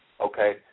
Okay